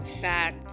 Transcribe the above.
fat